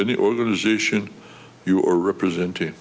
any organization you are representing